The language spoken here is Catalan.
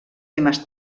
temes